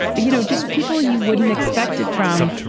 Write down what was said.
you know, just people you wouldn't expect it from.